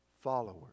followers